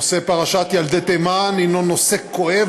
נושא פרשת ילדי תימן הוא נושא כואב